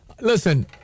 listen